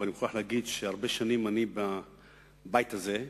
ואני מוכרח להגיד שהרבה שנים אני בבית הזה,